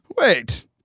wait